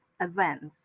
events